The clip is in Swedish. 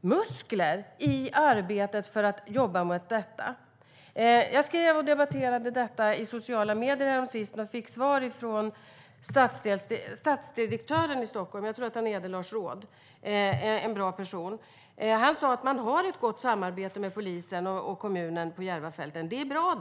muskler i arbetet mot brottslighet. Jag debatterade dessa frågor i sociala medier häromsistens, och jag fick svar från stadsdirektören i Stockholm, Lars Rådh. Det är en bra person. Han sa att det finns ett gott samarbete mellan polisen och kommunen på Järvafältet. Det är bra.